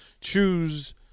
Choose